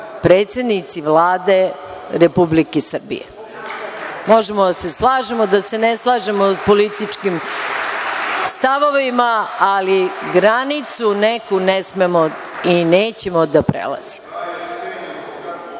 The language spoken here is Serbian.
predsednici vlade Republike Srbije. Možemo da se slažemo, ne slažemo o političkim stavovima, ali neku granicu ne smemo i nećemo da